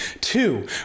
Two